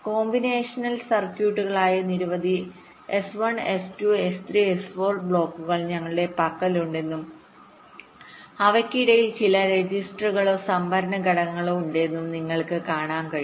combinational സർക്യൂട്ടുകളായ നിരവധി S1S2S3S4 ബ്ലോക്കുകൾ ഞങ്ങളുടെ പക്കലുണ്ടെന്നും അവയ്ക്കിടയിൽ ചില രജിസ്റ്ററുകളോ സംഭരണ ഘടകങ്ങളോ ഉണ്ടെന്നും നിങ്ങൾക്ക് കാണാൻ കഴിയും